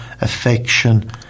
affection